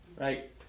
right